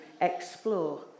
explore